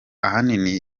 ahanini